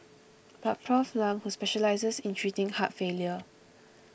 but Prof Lam who specialises in treating heart failure